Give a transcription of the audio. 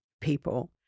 people